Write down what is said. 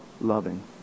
loving